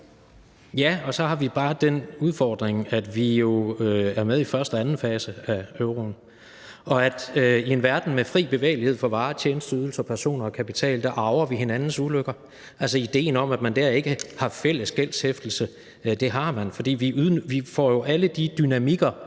Ja, og så har vi bare den udfordring, at vi jo er med i første og anden fase af euroen, og at i en verden med fri bevægelighed for varer, tjenesteydelser, personer og kapital arver vi hinandens ulykker. Der har man fælles gældshæftelse, for vi får alle de dynamikker,